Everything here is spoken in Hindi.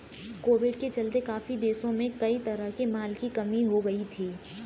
कोविड के चलते काफी देशों में कई तरह के माल की कमी हो गई थी